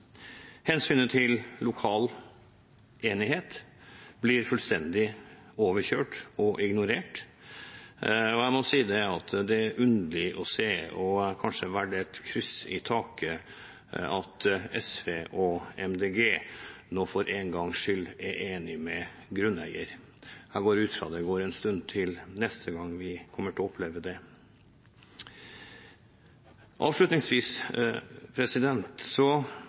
Hensynet til lokal enighet blir fullstendig overkjørt og ignorert, og jeg må si at det er underlig å se – og kanskje verdt et kryss i taket – at SV og MDG nå for en gangs skyld er enig med grunneier. Jeg går ut fra det går en stund til neste gang vi kommer til å oppleve det. Avslutningsvis: